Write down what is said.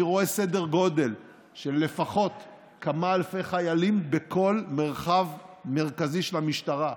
אני רואה סדר גודל של לפחות כמה אלפי חיילים בכל מרחב מרכזי של המשטרה.